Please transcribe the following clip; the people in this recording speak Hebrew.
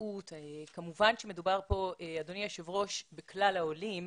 אדוני היושב ראש, כמובן שמדובר כאן בכלל העולים.